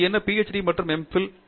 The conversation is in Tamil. அது என்ன PhD மற்றும் எம் பில்